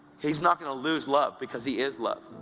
he's not going to lose love, because he is love.